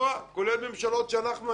כולל ממשלות שאנחנו היינו בהן,